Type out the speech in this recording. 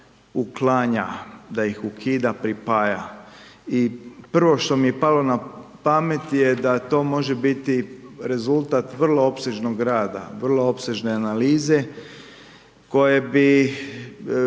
da ih ukida, pripaja i prvo što mi je palo na pamet da to može biti rezultat vrlo opsežnog rada, vrlo opsežne analize koja bi